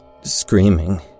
screaming